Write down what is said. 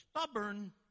stubborn